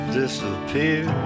disappear